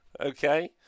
okay